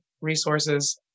resources